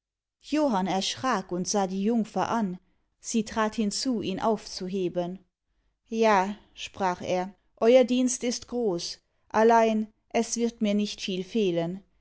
johann erschrak und sah die jungfer an sie trat hinzu ihn aufzuheben ja sprach er euer dienst ist groß allein es wird mir nicht viel fehlen